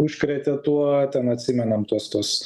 užkrėtė tuo ten atsimenam tuos tuos